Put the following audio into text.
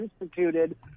instituted